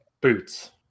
boots